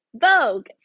Vogue